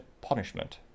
punishment